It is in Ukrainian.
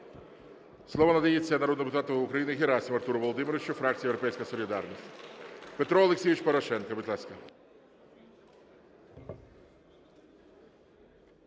Слово надається народному депутату України Герасимову Артуру Володимировичу, фракція "Європейська солідарність". Петро Олексійович Порошенко, будь ласка.